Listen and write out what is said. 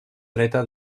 dreta